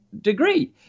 degree